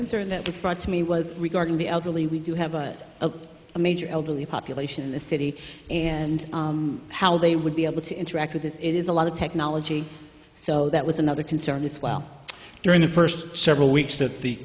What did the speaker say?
concern that the threat to me was regarding the elderly we do have a major elderly population in the city and how they would be able to interact with it is a lot of technology so that was another concern as well during the first several weeks that the